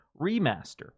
remaster